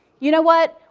you know what,